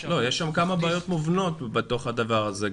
יש שם כמה בעיות מובנות בתוך הדבר הזה,